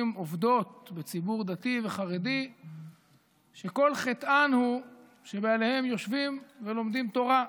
עובדות בציבור הדתי והחרדי שכל חטאן הוא שבעליהן יושבים ולומדים תורה.